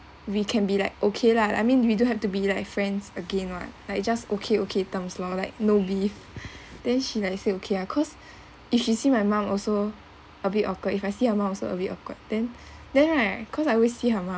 we can be like okay lah I mean we don't have to be like friends again [what] like it just okay okay terms lor like no beef then she like say okay lah cause if she see my mum also a bit awkward if I see her mum also a bit awkward then then right cause I always see her mum